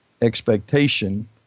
expectation